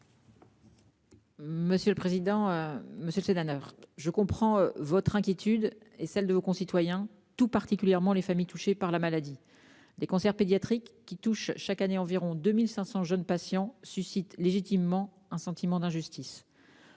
ministre déléguée. Monsieur le sénateur, je comprends votre inquiétude et celle des concitoyens de votre département, tout particulièrement les familles touchées par la maladie. Les cancers pédiatriques, qui affectent chaque année environ 2 500 jeunes patients, suscitent légitimement un sentiment d'injustice.